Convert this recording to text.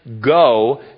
go